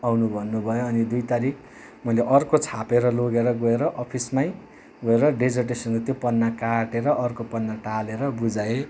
आउनु भन्नुभयो अनि दुई तारिक मैले अर्को छापेर लगेर गएर अफिसमै गएर डेजर्टेसनको त्यो पन्ना काटेर अर्को पन्ना टालेर बुझाएँ